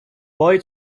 boy